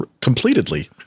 completely